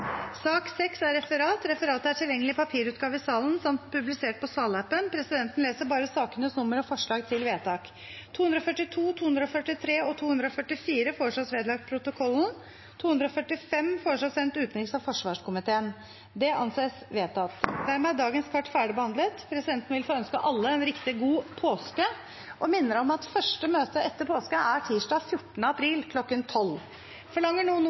det anses vedtatt. Dermed er dagens kart ferdig behandlet. Presidenten vil få ønske alle en riktig god påske og minner om at første møte etter påske er tirsdag 14. april kl. 12. Forlanger noen